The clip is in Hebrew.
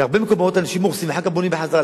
בהרבה מקומות אנשים הורסים ואחר כך בונים בחזרה.